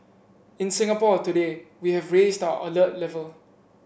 in Singapore today we have raised our alert level